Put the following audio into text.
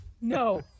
no